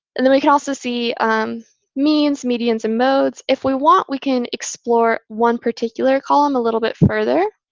and then we can also see means, medians, and modes. if we want, we can explore one particular column a little bit further.